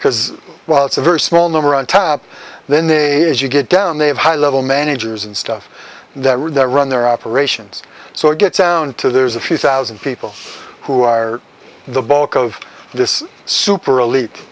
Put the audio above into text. because well it's a very small number on top then they get down they have high level managers and stuff that run their operations so it gets down to there's a few thousand people who are the bulk of this super elite